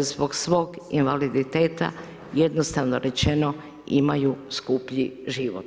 zbog svog invaliditeta, jednostavno rečeno, imaju skuplji život.